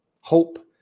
hope